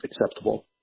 acceptable